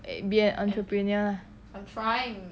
be an entrepreneur lah